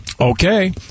Okay